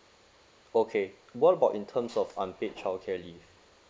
okay what about in terms of unpaid childcare leave